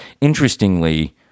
interestingly